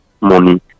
money